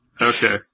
Okay